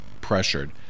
pressured